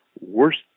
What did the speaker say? worst